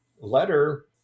letter